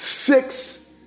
six